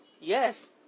Yes